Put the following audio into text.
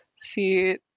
see